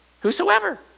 Whosoever